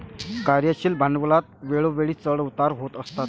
कार्यशील भांडवलात वेळोवेळी चढ उतार होत असतात